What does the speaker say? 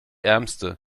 ärmste